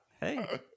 hey